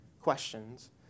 questions